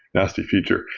nasty feature,